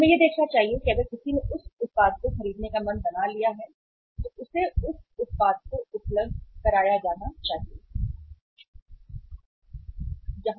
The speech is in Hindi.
हमें यह देखना चाहिए कि अगर किसी ने उस उत्पाद को खरीदने का मन बना लिया है तो उसे उस उत्पाद को उपलब्ध कराया जाना चाहिए यदि उत्पाद उपलब्ध होना चाहिए